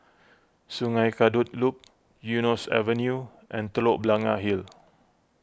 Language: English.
Sungei Kadut Loop Eunos Avenue and Telok Blangah Hill